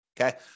okay